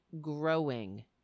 growing